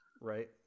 Right